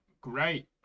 Great